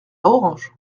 orange